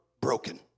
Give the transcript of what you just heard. broken